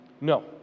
No